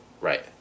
right